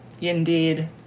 Indeed